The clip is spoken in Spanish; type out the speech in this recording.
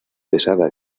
pesada